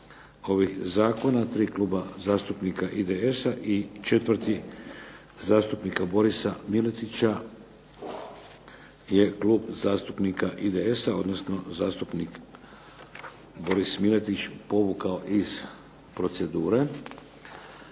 kluba zastupnika IDS-a i četvrti zastupnika Borisa MIletića je Klub zastupnika IDS-a odnosno zastupnik Boris MIletić povukao iz procedure.